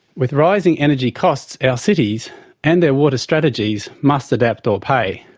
with rising energy costs our cities and their water strategies must adapt or pay.